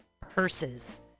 purses